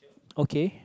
okay